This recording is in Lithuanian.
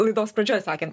laidos pradžioj sakėm